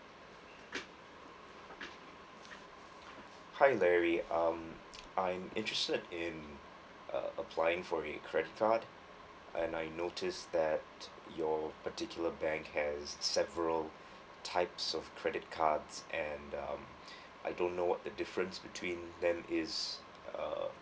hi larry um I'm interested in uh applying for a credit card and I noticed that your particular bank has several types of credit cards and um I don't know what's the difference between them it's uh